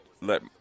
let